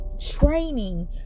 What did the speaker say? training